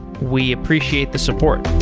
we appreciate the support